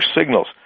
signals